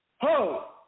Ho